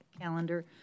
calendar